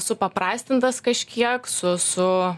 supaprastintas kažkiek su su